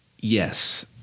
yes